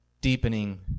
deepening